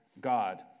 God